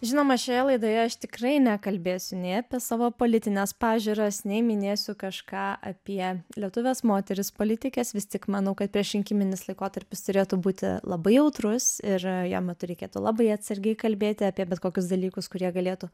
žinoma šioje laidoje aš tikrai nekalbėsiu nei apie savo politines pažiūras nei minėsiu kažką apie lietuves moteris politikes vis tik manau kad priešrinkiminis laikotarpis turėtų būti labai jautrus ir jo metu reikėtų labai atsargiai kalbėti apie bet kokius dalykus kurie galėtų